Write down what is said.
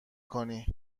کنی